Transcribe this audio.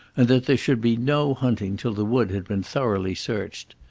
and that there should be no hunting till the wood had been thoroughly searched.